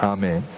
Amen